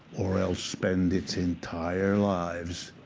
or else spend its entire lives